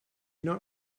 not